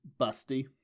busty